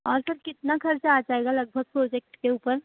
और सर कितना खर्चा आ जाएगा लगभग प्रोजेक्ट के ऊपर